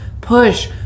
push